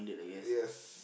yes